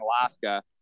Alaska